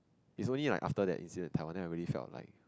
is only like after that incident in Taiwan then I really felt like